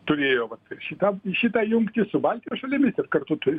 turėjo vat šitą šitą jungtį su baltijos šalimis ir kartu turi